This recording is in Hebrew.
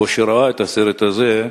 או שהוא ראה את הסרט הזה,